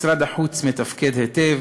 משרד החוץ מתפקד היטב,